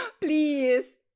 Please